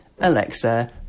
Alexa